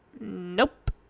nope